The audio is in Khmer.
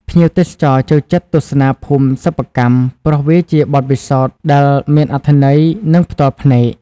ភ្ញៀវទេសចរចូលចិត្តទស្សនាភូមិសិប្បកម្ម ព្រោះវាជាបទពិសោធន៍ដែល មានអត្ថន័យ និងផ្ទាល់ភ្នែក។